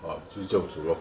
ah 就是这样子 lor